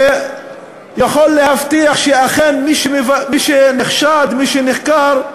שיכול להבטיח שאכן מי שנחשד, מי שנחקר,